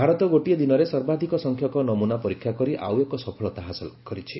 ଭାରତ ଗୋଟିଏ ଦିନରେ ସର୍ବାଧିକ ସଂଖ୍ୟକ ନମ୍ରନା ପରୀକ୍ଷା କରି ଆଉ ଏକ ସଫଳତା ହାସଲ କରିଛି